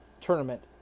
tournament